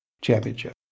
championship